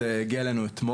אתה בקשר איתם?